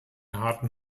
harten